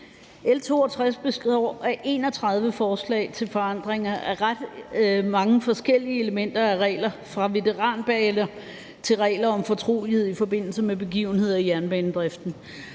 L 62 består af 31 forslag til forandringer af ret mange forskellige elementer, fra regler om veteranbaner til regler om fortrolighed i forbindelse med begivenheder i jernbanedriften.